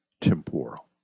temporal